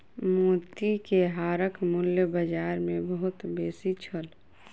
मोती के हारक मूल्य बाजार मे बहुत बेसी छल